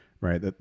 right